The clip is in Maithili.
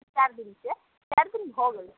चारि दिनसँ चारि दिन भऽ गेल रहै